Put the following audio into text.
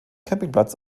campingplatz